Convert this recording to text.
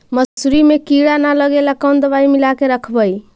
मसुरी मे किड़ा न लगे ल कोन दवाई मिला के रखबई?